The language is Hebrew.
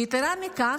ויתרה מזו,